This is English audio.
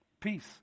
Peace